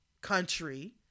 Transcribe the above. country